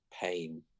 pain